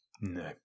No